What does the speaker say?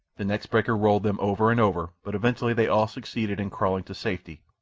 the next breaker rolled them over and over, but eventually they all succeeded in crawling to safety,